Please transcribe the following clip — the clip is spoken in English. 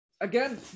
Again